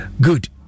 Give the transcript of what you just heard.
Good